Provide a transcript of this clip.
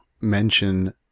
mention